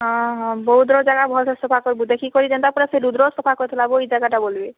ହଁ ହଁ ବୌଦ୍ଧ ର ଜାଗା ଭଲ୍ ସେ ସଫା କରବୁ ଦେଖିକରି ଯେନ୍ତା ପୂରା ସେ ରୁଦ୍ର ସଫା କରିଥିଲା ବୋ ଏଇ ଜାଗାଟା ବୋଲବେ